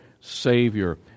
Savior